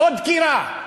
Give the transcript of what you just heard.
או דקירה?